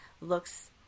looks